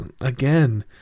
again